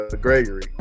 Gregory